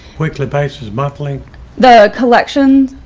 weekly basis muffling the collection?